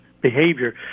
behavior